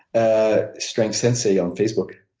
ah strengthsensei on facebook.